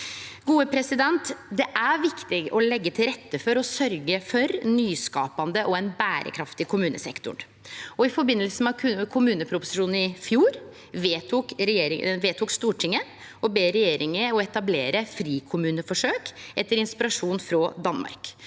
bak tilrådinga. Det er viktig å leggje til rette for å sørgje for ein nyskapande og berekraftig kommunesektor. I forbindelse med kommuneproposisjonen i fjor vedtok Stortinget å be regjeringa om å etablere frikommuneforsøk, etter inspirasjon frå Danmark.